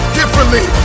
differently